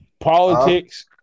politics